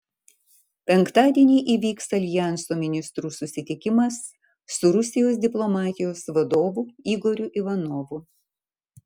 penktadienį įvyks aljanso ministrų susitikimas su rusijos diplomatijos vadovu igoriu ivanovu